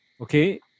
Okay